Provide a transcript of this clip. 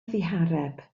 ddihareb